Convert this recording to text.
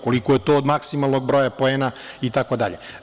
Koliko je to od maksimalnog broja poena itd.